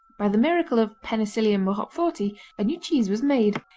by the miracle of penicillium roqueforti a new cheese was made.